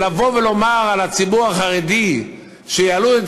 לבוא ולומר על הציבור החרדי שיעלו את